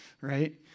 right